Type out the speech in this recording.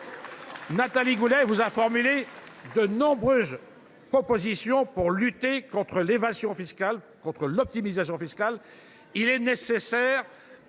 Nathalie Goulet a formulé de nombreuses propositions pour lutter contre l’évasion fiscale et l’optimisation fiscale. Il est nécessaire